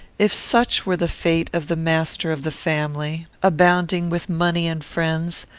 if such were the fate of the master of the family, abounding with money and friends,